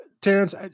Terrence